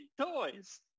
toys